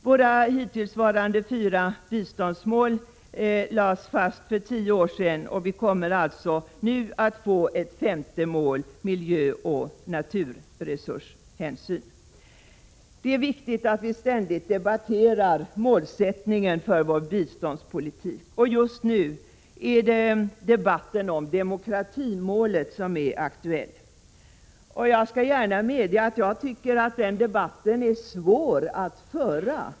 De hittillsvarande fyra biståndsmålen lades fast för tio år sedan, och nu kommer alltså ett femte mål, miljöoch naturresurshänsyn. Det är viktigt att målsättningen för Sveriges biståndspolitik ständigt debatteras. Just nu är det debatten om demokratimålet som är aktuell. Jag medger gärna att den debatten är svår att föra.